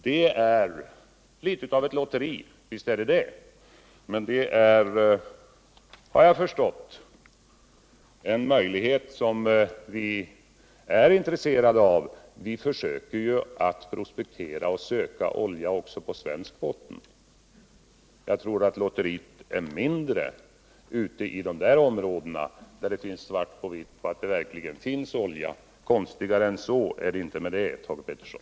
Visst är det något av ett lotteri, men det är, har jag förstått, en möjlighet som vi är intresserade av. Vi försöker ju att hitta olja också på svensk botten. Jag tror att lotteriet är mindre i de norska områdena, där det finns svart på vitt på att det verkligen finns olja. Konstigare än så är det inte med det, Thage Peterson.